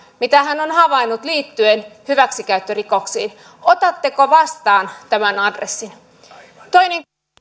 mitä hän on havainnut liittyen hyväksikäyttörikoksiin otatteko vastaan tämän adressin toinen kysymykseni